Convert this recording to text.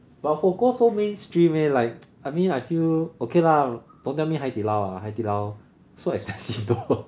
but 火锅 so mainstream leh like I mean I feel okay lah don't tell me 海底捞 ah 海底捞 so expensive though